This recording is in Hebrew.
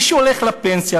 מי שהולך לפנסיה,